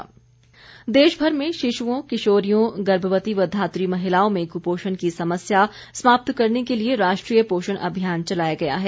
पोषण अभियान देशभर में शिशुओं किशोरियों गर्भवती व धात्री महिलाओं में कुपोषण की समस्या समाप्त करने के लिए राष्ट्रीय पोषण अभियान चलाया गया है